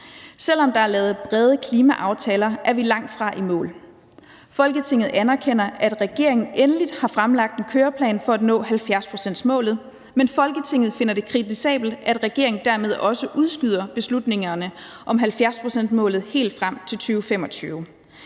Selv om der er lavet brede klimaaftaler, er vi langt fra i mål. Folketinget anerkender, at regeringen endelig har fremlagt en køreplan for at nå 70-procentsmålet, men Folketinget finder det kritisabelt, at regeringen dermed også udskyder beslutningerne om 70-procentsmålet helt til 2025.